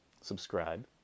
subscribe